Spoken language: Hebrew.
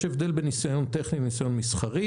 יש הבדל בין ניסיון טכני לניסיון מסחרי,